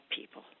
people